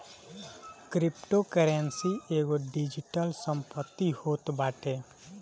cryptocurrency एगो digital संपत्ति होत बाटे